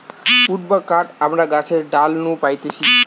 would বা কাঠ আমরা গাছের ডাল নু পাইতেছি